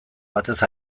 batez